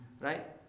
right